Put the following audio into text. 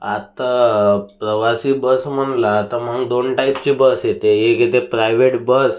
आत्ता प्रवासी बस म्हणला तर मग दोन टाईपचे बस येते एक येते प्रायव्हेट बस